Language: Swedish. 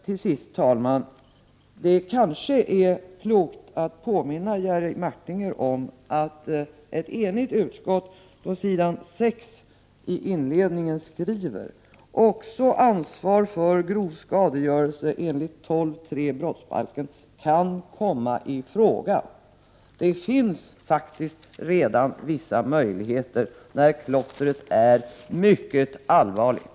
Till sist är det kanske klokt att påminna Jerry Martinger om att ett enigt utskott i inledningen på s. 6 skriver: ”Också ansvar för grov skadegörelse enligt 12 kap. 3 § brottsbalken kan komma i fråga.” Det finns faktiskt redan vissa möjligheter att ingripa när klottret är mycket allvarligt!